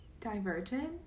Divergent